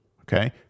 okay